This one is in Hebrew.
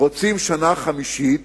רוצים שנה חמישית